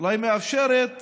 אולי מאפשרת